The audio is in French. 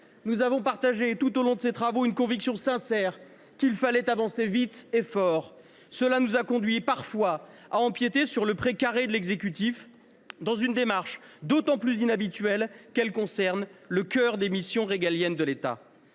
Nous avons partagé tout au long de ces travaux la conviction sincère qu’il fallait avancer vite et fort. Cela nous a conduits parfois à empiéter sur le pré carré de l’exécutif, dans une démarche d’autant plus inhabituelle qu’elle concerne le cœur des missions régaliennes. Ce texte